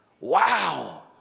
wow